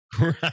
Right